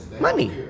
Money